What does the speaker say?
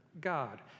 God